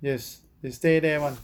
yes they stay there [one]